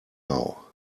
now